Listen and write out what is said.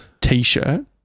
t-shirt